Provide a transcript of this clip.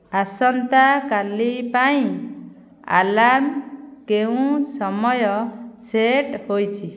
ଆସନ୍ତାକାଲି ପାଇଁ ଆଲାର୍ମ କେଉଁ ସମୟ ସେଟ୍ ହୋଇଛି